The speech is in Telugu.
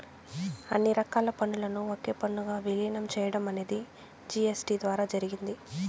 అన్ని రకాల పన్నులను ఒకే పన్నుగా విలీనం చేయడం అనేది జీ.ఎస్.టీ ద్వారా జరిగింది